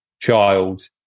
child